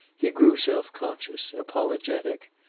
he grew self-conscious, apologetic.